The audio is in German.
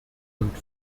und